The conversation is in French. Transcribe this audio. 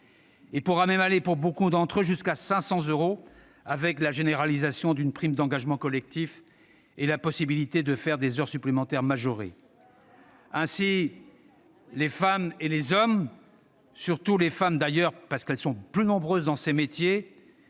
pourra même aller, pour beaucoup d'entre eux, jusqu'à 500 euros, avec la généralisation d'une prime d'engagement collectif et la possibilité de faire des heures supplémentaires majorées. « Ainsi, les femmes et les hommes- surtout les femmes, d'ailleurs, plus nombreuses dans ces métiers